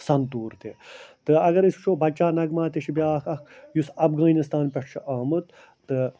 سَنطوٗر تہِ تہٕ اگر أسۍ وُچھَو بَچہ نغمہ تہِ چھِ بیٛاکھ اَکھ یُس افغٲنِستان پٮ۪ٹھ چھُ آمُت تہٕ